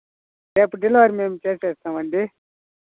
రేపు డెలివరీ మేము చేస్తాం అండి